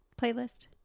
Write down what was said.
playlist